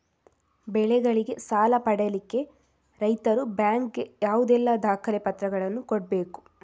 ಬೆಳೆಗಳಿಗೆ ಸಾಲ ಪಡಿಲಿಕ್ಕೆ ರೈತರು ಬ್ಯಾಂಕ್ ಗೆ ಯಾವುದೆಲ್ಲ ದಾಖಲೆಪತ್ರಗಳನ್ನು ಕೊಡ್ಬೇಕು?